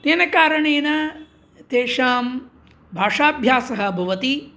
तेन कारणेन तेषां भाषाभ्यासः भवति